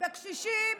בקשישים,